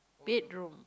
bed room